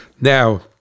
now